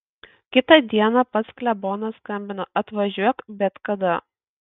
kitą dieną pats klebonas skambina atvažiuok bet kada